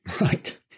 Right